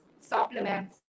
supplements